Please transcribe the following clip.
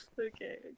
Okay